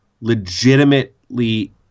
legitimately